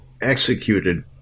executed